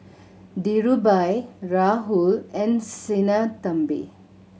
Dhirubhai Rahul and Sinnathamby